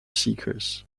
seekers